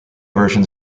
version